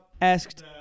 asked